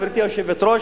גברתי היושבת-ראש,